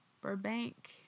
Burbank